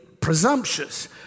presumptuous